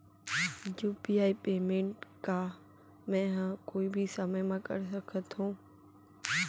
UPI payment का मैं ह कोई भी समय म कर सकत हो?